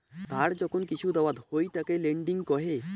ধার যখন কিসু দাওয়াত হই তাকে লেন্ডিং কহে